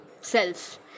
self